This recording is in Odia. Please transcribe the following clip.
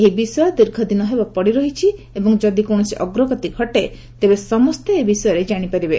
ଏହି ବିଷୟ ଦୀର୍ଘ ଦିନ ହେବ ପଡ଼ିରହିଛି ଏବଂ ଯଦି କୌଣସି ଅଗ୍ରଗତି ଘଟେ ତେବେ ସମସ୍ତେ ଏ ବିଷୟରେ ଜାଣିପାରିବେ